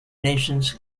nations